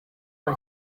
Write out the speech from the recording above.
nta